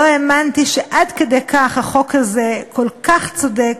לא האמנתי שעד כדי כך החוק הזה כל כך צודק,